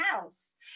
house